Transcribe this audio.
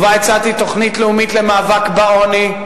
ובו הצעתי תוכנית לאומית למאבק בעוני.